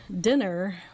dinner